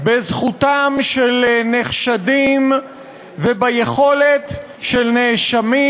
בזכותם של נחשדים וביכולת של נאשמים